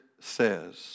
says